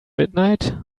midnight